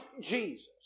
Jesus